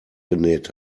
genäht